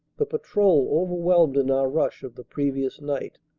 the patrol overwhelmed in our rush of the previous night.